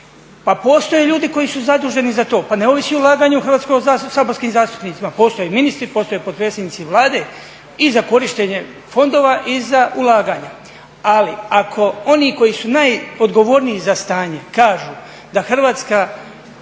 Pa postoje ljudi koji su zaduženi za to, pa ne ovisi ulaganje u Hrvatsku o saborskim zastupnicima, postoje ministri, postoje potpredsjednici Vlade i za korištenje fondova i za ulaganja. Ali ako oni koji su najodgovorniji za stanje kažu da Hrvatska